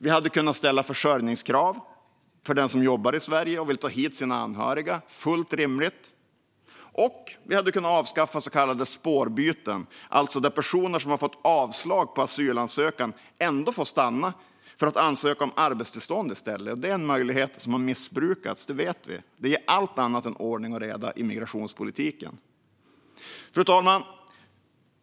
Vi hade kunnat ställa försörjningskrav för den som jobbar i Sverige och vill ta hit sina anhöriga - fullt rimligt. Och vi hade kunnat avskaffa så kallade spårbyten, där personer som har fått avslag på asylansökan ändå får stanna för att ansöka om arbetstillstånd i stället. Detta är en möjlighet som har missbrukats; det vet vi. Det ger allt annat än ordning och reda i migrationspolitiken. Fru talman!